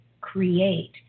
create